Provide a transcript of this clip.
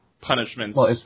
punishments